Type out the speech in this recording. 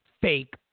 fake